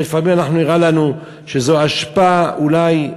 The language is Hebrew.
נראה לנו שזאת אשפה, אולי,